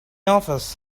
office